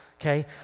okay